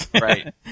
Right